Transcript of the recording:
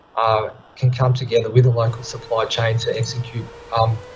ah, can come together with a local supply chain to execute, um,